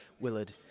Willard